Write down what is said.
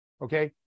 Okay